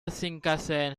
shinkansen